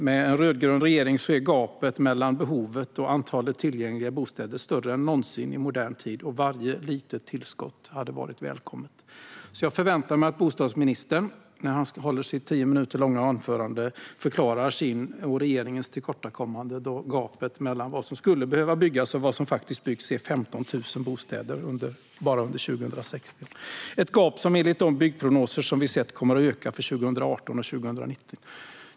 Med en rödgrön regering är gapet mellan behovet och antalet tillgängliga bostäder större än någonsin i modern tid, och varje litet tillskott vore välkommet. Jag förväntar mig därför att bostadsministern när han håller sitt tio minuter långa anförande förklarar sina och regeringens tillkortakommanden, eftersom gapet mellan vad som skulle behöva byggas och vad som faktiskt byggs var 15 000 bostäder bara under 2016. Det är ett gap som enligt de byggprognoser som vi har sett kommer att öka under 2018 och 2019.